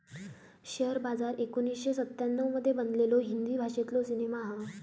share बाजार एकोणीसशे सत्त्याण्णव मध्ये बनलेलो हिंदी भाषेतलो सिनेमा हा